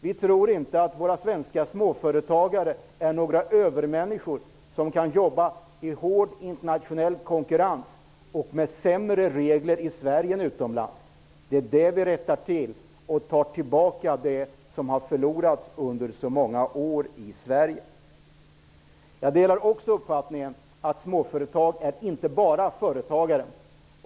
Vi tror inte att våra svenska småföretagare är några övermänniskor, som kan jobba i hård internationell konkurrens med sämre regler i Sverige än utomlands. Det är det vi rättar till och därmed tar tillbaka det som har förlorats i Sverige under så många år. Jag delar också uppfattningen att småföretag inte bara är företagare.